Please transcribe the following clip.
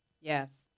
Yes